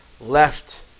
left